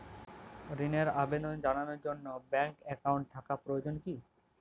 ঋণের আবেদন জানানোর জন্য ব্যাঙ্কে অ্যাকাউন্ট থাকা প্রয়োজন কী?